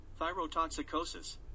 thyrotoxicosis